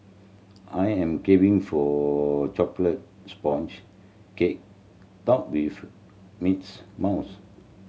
I am caving for a chocolate sponge cake topped with mints mouse